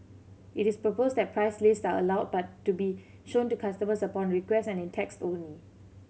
it is proposed that price lists are allowed but to be shown to customers upon request and in text only